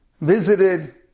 visited